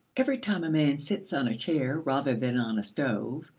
every time a man sits on a chair rather than on a stove,